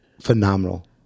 phenomenal